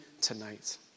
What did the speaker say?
tonight